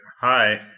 hi